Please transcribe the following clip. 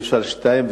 ואי-אפשר שתיים,